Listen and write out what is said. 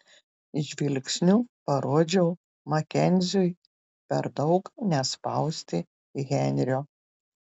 žvilgsniu parodžiau makenziui per daug nespausti henrio